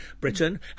Britain